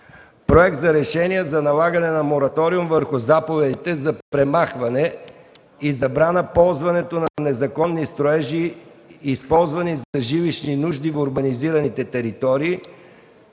Проект за решение за налагане на мораториум върху заповедите за премахване и забрана ползването на незаконни строежи, използвани за жилищни нужди в урбанизираните територии,